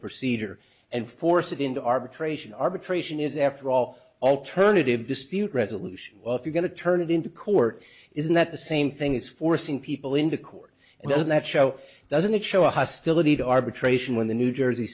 procedure and force it into arbitration arbitration is after all alternative dispute resolution if you're going to turn it into court isn't that the same thing is forcing people into court and does that show doesn't it show hostility to arbitration when the new jersey